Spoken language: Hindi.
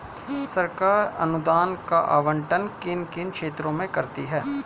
सरकार अनुदान का आवंटन किन किन क्षेत्रों में करती है?